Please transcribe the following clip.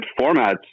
formats